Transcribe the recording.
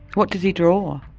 what does he draw?